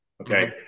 Okay